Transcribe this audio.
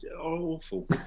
awful